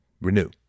renew